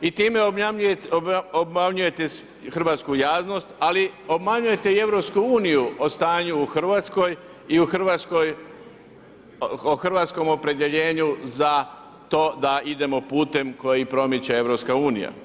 I time obmanjujete hrvatsku javnost ali obmanjujete i EU o stanju u Hrvatskoj i o hrvatskom opredjeljenju za to da idemo putem koji promiče EU.